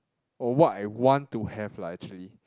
or what I want to have lah actually